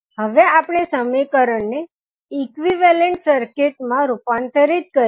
હવે આપણે સમીકરણને ઇક્વીવેલન્ટ સર્કિટ માં રૂપાંતરિત કરીએ